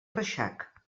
reixac